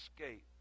escape